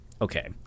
Okay